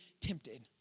tempted